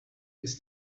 this